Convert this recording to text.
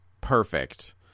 perfect